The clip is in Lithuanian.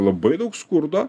labai daug skurdo